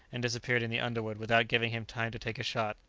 and disappeared in the underwood without giving him time to take a shot.